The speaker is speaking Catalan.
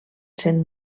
sent